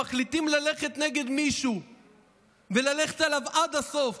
מחליטים ללכת נגד מישהו וללכת עליו עד הסוף,